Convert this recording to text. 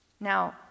Now